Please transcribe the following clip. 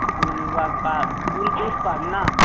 पुल वसा पुल का सामना